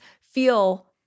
feel